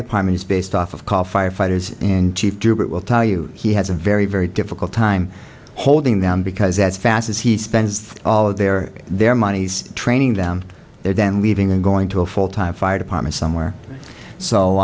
department is based off of call firefighters and do but will tell you he has a very very difficult time holding them because as fast as he spends all of their their monies training them then leaving and going to a full time fire department somewhere so